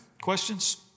questions